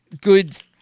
good